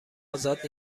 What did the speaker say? ازاد